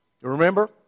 Remember